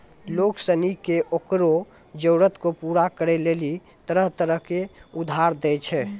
लोग सनी के ओकरो जरूरत के पूरा करै लेली तरह तरह रो उधार दै छै